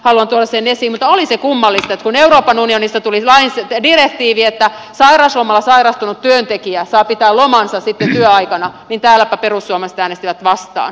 mutta oli se kummallista että kun euroopan unionista tuli direktiivi että sairauslomalla sairastunut työntekijä saa pitää lomansa sitten työaikana niin täälläpä perussuomalaiset äänestivät vastaan